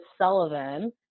Sullivan